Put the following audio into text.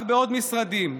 רק בעוד משרדים,